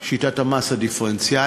את שיטת המס הדיפרנציאלי